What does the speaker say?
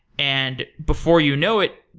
and before you know it,